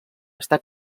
està